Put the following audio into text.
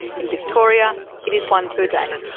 in victoria it is one per day.